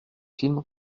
film